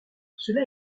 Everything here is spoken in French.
cela